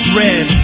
red